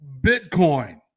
bitcoin